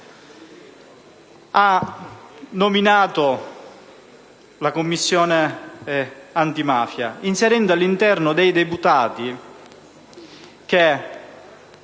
nominato la Commissione antimafia inserendo al suo interno dei deputati che